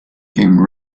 came